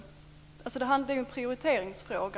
Det är en prioriteringsfråga.